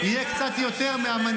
לא למה הוא מדבר.